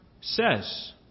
says